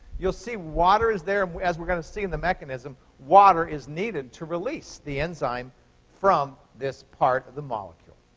you'll see water is there. and as we're going to see in the mechanism, water is needed to release the enzyme from this part of the molecule.